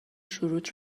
شروط